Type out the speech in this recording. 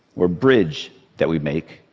or bridge that we make,